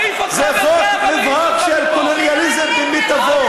להעיף אותך ואת כל החברים שלך מפה.